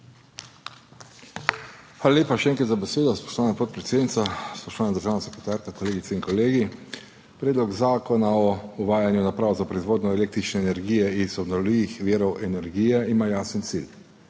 Hvala lepa, še enkrat, za besedo, spoštovana podpredsednica. Spoštovana državna sekretarka, kolegice in kolegi! Predlog zakona o uvajanju naprav za proizvodnjo električne energije iz obnovljivih virov energije ima jasen cilj